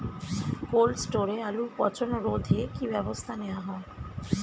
Cold স্টোরে আলুর পচন রোধে কি ব্যবস্থা নেওয়া হয়?